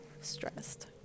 stressed